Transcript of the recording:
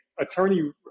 attorney